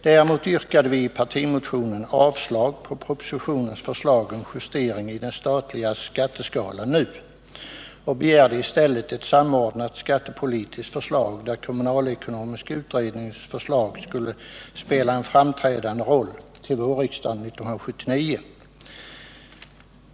Däremot yrkade vi i partimotionen avslag på propositionens förslag om justering i den statliga skatteskalan nu och begärde i stället ett samordnat skattepolitiskt förslag, där kommunalekonomiska utredningens förslag skulle spela en framträdande roll, till vårriksdagen 1979.